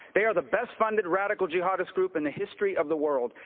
they are the best funded radical jihadist group in the history of the world,